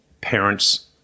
parents –